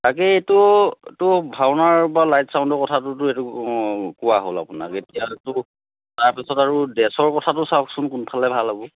তাকেইতো এইটো ভাওনাৰ লাইট ছাউণ্ডৰ কথাটোতো সেইটো কোৱা হ'ল আপোনাক এতিয়াতো তাৰপাছত আৰু ড্ৰেছৰ কথাটো চাওকচোন কোনফালে ভাল হ'ব